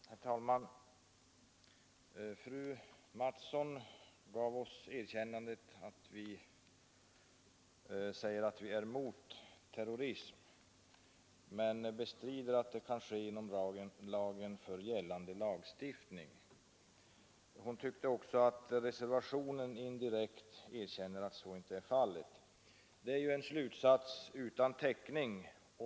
Herr talman! Fröken Mattson gav oss det erkännandet att vi har förklarat oss vara emot terrorism, men hon bestred att effektiva åtgärder mot terrorism kan företagas inom ramen för gällande lagstiftning. Fröken Mattson tyckte också att vår reservation indirekt erkänner att så är fallet. Men det är en slutsats utan täckning.